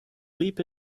leap